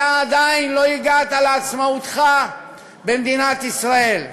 אתה עדיין לא הגעת לעצמאותך במדינת ישראל.